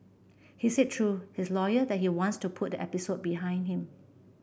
he said through his lawyer that he wants to put the episode behind him